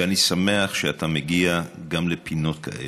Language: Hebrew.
ואני שמח שאתה מגיע גם לפינות כאלה.